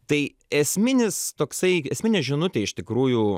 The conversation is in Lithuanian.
tai esminis toksai esminė žinutė iš tikrųjų